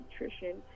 nutrition